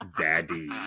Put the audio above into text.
daddy